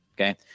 Okay